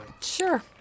Sure